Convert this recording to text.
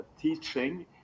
teaching